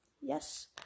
Yes